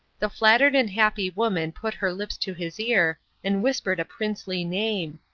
the flattered and happy woman put her lips to his ear and whispered a princely name.